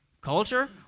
Culture